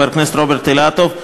חבר הכנסת רוברט אילטוב,